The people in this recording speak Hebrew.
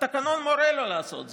התקנון מורה לו לעשות זאת,